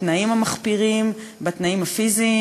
בתנאים המחפירים, בתנאים הפיזיים